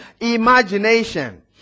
imagination